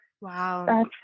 Wow